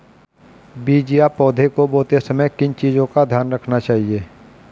बीज या पौधे को बोते समय किन चीज़ों का ध्यान रखना चाहिए?